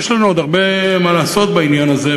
יש לנו עוד הרבה מה לעשות בעניין הזה.